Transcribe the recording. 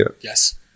yes